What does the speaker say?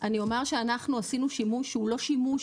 אני אומר שאנחנו עשינו שימוש שהוא לא שימוש